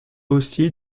aussi